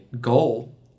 goal